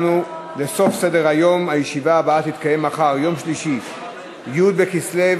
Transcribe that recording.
הצעת חוק הודעה בהליכי מיון וקבלה לעבודה,